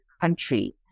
country